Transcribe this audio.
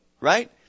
right